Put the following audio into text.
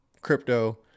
crypto